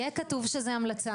יהיה כתוב שזה המלצה,